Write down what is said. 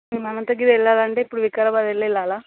మేము అనంతగిరి వెళ్ళాలి అంటే ఇప్పుడు వికారాబాద్ వెళ్ళి వెళ్ళాలా